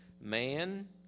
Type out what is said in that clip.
Man